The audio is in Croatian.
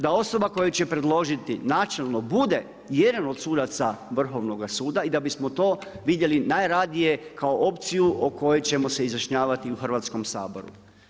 Da osoba koja će predložiti načelno bude jedan od sudaca Vrhovnoga suda i da bismo to vidjeli najradije kao opciju o kojoj ćemo se izjašnjavati i u Hrvatskom saboru.